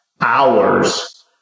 hours